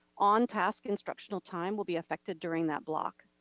on task instructional time will be affected during that block.